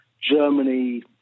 Germany